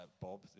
Bob